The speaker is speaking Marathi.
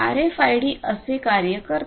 आरएफआयडी असे कार्य करते